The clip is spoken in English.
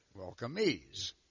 welcomees